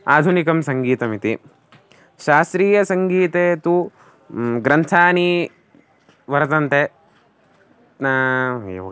आधुनिकं सङ्गीतमिति शास्त्रीयसङ्गीते तु ग्रन्थानि वर्तन्ते एव